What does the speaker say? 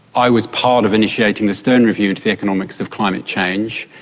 i was part of initiating the stern review into the economics of climate change,